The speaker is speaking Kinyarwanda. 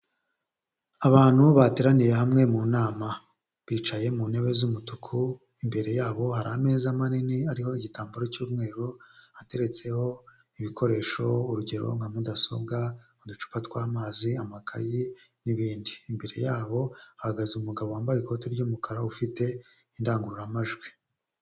Abantu bateraniye hamwe mu nama, bicaye mu ntebe z'umutuku imbere yabo hari ameza manini ariho igitambaro cy'umweru ateretseho ibikoresho urugero nka mudasobwa, uducupa tw'amazi, amakaye n'ibindi, imbere yabo hahagaze umugabo wambaye ikoti ry'umukara ufite indangururamajwi.